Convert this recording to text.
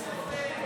שהתעניינתי,